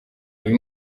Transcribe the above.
uyu